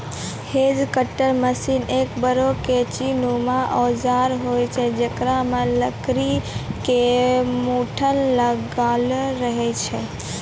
hedge cutter machine एक बड़ो कैंची नुमा औजार होय छै जेकरा मॅ लकड़ी के मूठ लागलो रहै छै